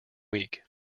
week